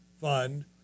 fund